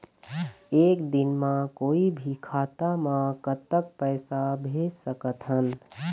एक दिन म कोई भी खाता मा कतक पैसा भेज सकत हन?